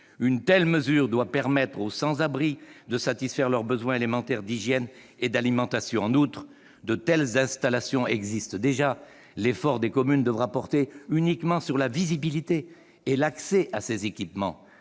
Une telle mesure doit permettre aux sans-abri de satisfaire leurs besoins élémentaires d'hygiène et d'alimentation. En outre, de telles installations existent déjà ; l'effort des communes devra porter uniquement sur la visibilité et l'accès à ces équipements.